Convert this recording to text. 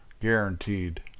guaranteed